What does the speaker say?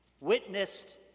Witnessed